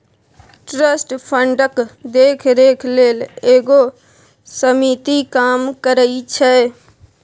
trust फंडक देखरेख लेल एगो समिति काम करइ छै